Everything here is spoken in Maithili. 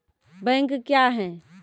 बैंक क्या हैं?